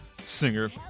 singer